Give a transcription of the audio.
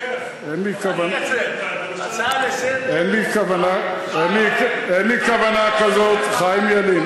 אין לי כוונה כזאת, חיים ילין.